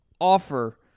offer